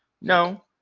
No